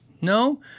no